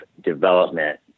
development